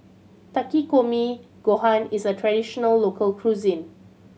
Takikomi Gohan is a traditional local cuisine